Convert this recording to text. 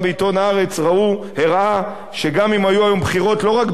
"הארץ" הראה שגם אם היו היום בחירות לא רק בעזה,